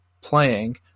playing